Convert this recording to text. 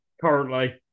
currently